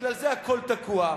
בגלל זה הכול תקוע,